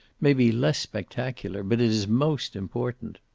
may be less spectacular, but it is most important.